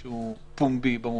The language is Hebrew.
שהוא פומבי.